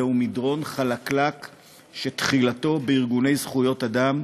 זהו מדרון חלקלק שתחילתו בארגוני זכויות אדם,